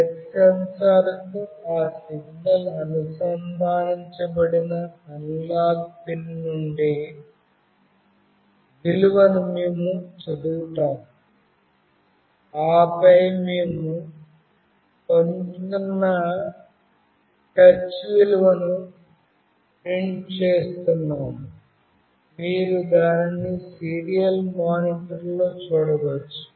touch సెన్సార్కు ఆ signal అనుసంధానించబడిన అనలాగ్ పిన్ నుండి విలువను మేము చదువుతాము ఆపై మేము పొందుతున్న టచ్ విలువను ప్రింట్ చేస్తున్నాము మీరు దానిని సీరియల్ మానిటర్లో చూడవచ్చు